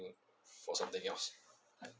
for something else